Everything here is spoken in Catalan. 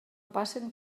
passen